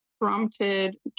prompted